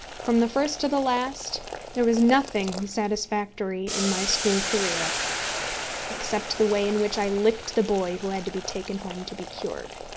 from the first to the last there was nothing satisfactory in my school career except the way in which i licked the boy who had to be taken home to be cured.